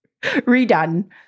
redone